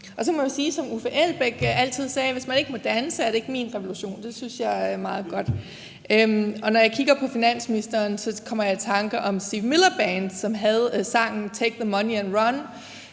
som Uffe Elbæk altid sagde: Hvis man ikke må danse, er det ikke min revolution. Det synes jeg er meget godt sagt. Når jeg kigger på finansministeren, kommer jeg i tanke om Steve Miller Band, som havde sangen »Take the Money and Run«.